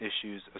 issues